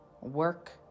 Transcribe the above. work